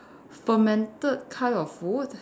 fermented kind of food